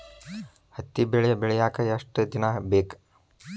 ಹತ್ತಿ ಬೆಳಿ ಬೆಳಿಯಾಕ್ ಎಷ್ಟ ದಿನ ಬೇಕ್?